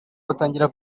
batangira